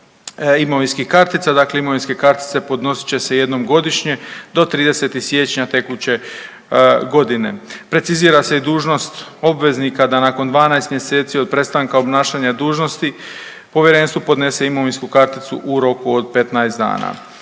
imovinske kartice podnosit će se jednom godišnje do 30. siječnja tekuće godine. Precizira se i dužnost obveznika da nakon 12 mjeseci od prestanka obnašanja dužnosti povjerenstvu podnese imovinsku karticu u roku od 15 dana.